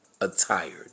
attired